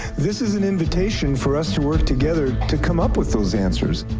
this is an invitation for us to work together to come up with those answers.